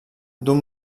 d’un